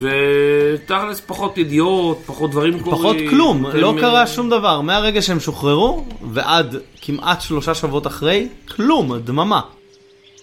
ותכל'ס פחות ידיעות, פחות דברים, פחות כלום, לא קרה שום דבר מהרגע שהם שוחררו ועד כמעט שלושה שבועות אחרי, כלום, דממה.